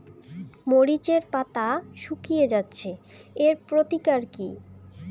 মরিচের পাতা শুকিয়ে যাচ্ছে এর প্রতিকার কি?